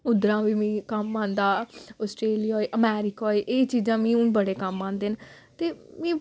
उद्धरा बी मिगी कम्म आंदा आस्ट्रेलिया होए अमेरिका होए एह् चीजां मिगी हून बड़े कम्म आंदे न ते मि